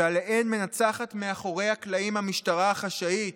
שעליהן מנצחת מאחורי הקלעים המשטרה החשאית,